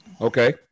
Okay